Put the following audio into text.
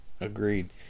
agreed